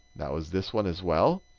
that was this one as well.